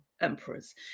emperors